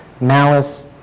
malice